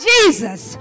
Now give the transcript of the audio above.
Jesus